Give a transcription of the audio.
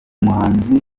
muhanzi